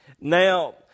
Now